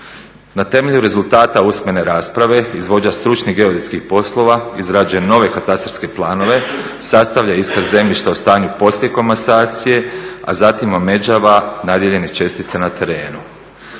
Na temelju rezultata usmene rasprave izvođač stručnih geodetskih poslova izrađuje nove katastarske planove, sastavlja iskaz zemljišta o stanju poslije komasacije, a zatim omeđava nadijeljene čestice na terenu.